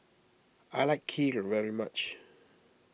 I like Kheer very much